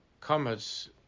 comets